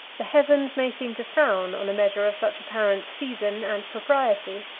the heavens may seem to frown on a measure of such apparent season and propriety.